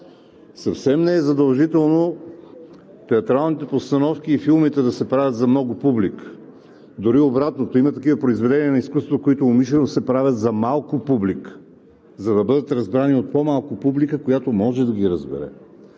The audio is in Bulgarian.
Съвсем не е задължително театралните постановки и филмите да се правят за много публика. Дори обратното – има произведения на изкуството, които умишлено се правят за малка публика, за да бъдат разбрани от по-малка публика, която може да ги разбере.